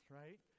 right